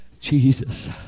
Jesus